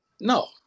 No